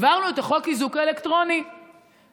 העברנו את חוק איזוק אלקטרוני באוקטובר.